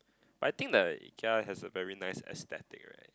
but I think the Ikea has a very nice aesthetic right